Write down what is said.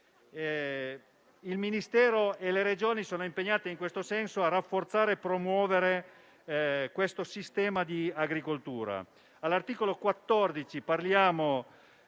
Il Ministero e le Regioni sono impegnate in tal senso a rafforzare e promuovere questo sistema di agricoltura. L'articolo 14 disciplina